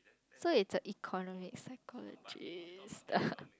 so it's a economic psychologist